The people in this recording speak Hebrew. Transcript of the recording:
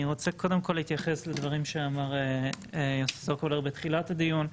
אני רוצה קודם כל להתייחס לדברים שאמר סוקולר בתחילת הדיון.